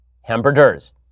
hamburgers